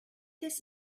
this